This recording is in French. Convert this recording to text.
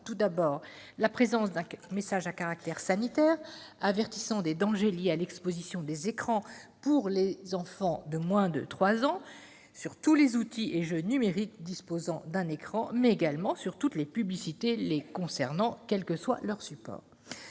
tout d'abord la présence d'un message à caractère sanitaire avertissant des dangers liés à l'exposition des écrans pour les enfants de moins de trois ans sur tous les outils et jeux numériques disposant d'un écran, mais également sur toutes les publicités concernant ces derniers, quel que soit leur support.